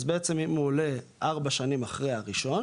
אז בעצם אם הוא עולה ארבע שנים אחרי הראשון